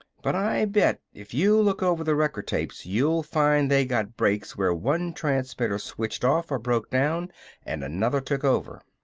but i bet if you look over the record-tapes you will find they got breaks where one transmitter switched off or broke down and another took over!